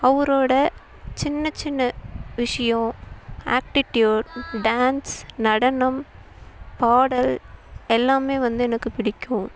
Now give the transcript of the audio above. அவரோடய சின்ன சின்ன விஷயம் ஆட்டிட்டியூட் டான்ஸ் நடனம் பாடல் எல்லாமே வந்து எனக்கு பிடிக்கும்